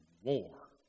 war